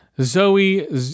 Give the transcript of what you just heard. Zoe